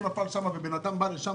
זה שאף טיל לא נפל שם אלא אדם בא לשם